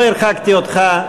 לא הרחקתי אותך.